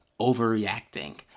overreacting